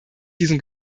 diesem